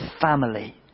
family